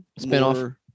Spinoff